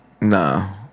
Nah